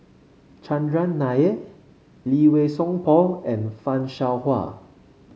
Chandran Nair Lee Wei Song Paul and Fan Shao Hua